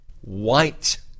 white